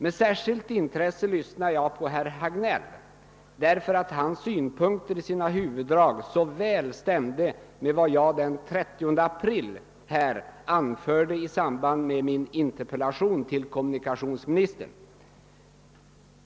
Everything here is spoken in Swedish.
Med särskilt intresse lysnade jag på herr Hagnell, därför att hans synpunkter i sina huvuddrag överensstämde med vad jag den 30 april anförde i samband med min interpellation till kommunikationsministern.